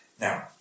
Now